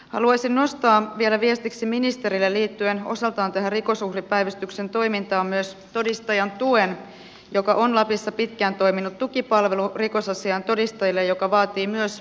haluaisin nostaa vielä viestiksi ministerille liittyen osaltaan tähän rikosuhripäivystyksen toimintaan todistajan tuen joka on lapissa pitkään toiminut tukipalvelu rikosasioissa todistaville joka vaatii myös resursseja